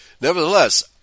Nevertheless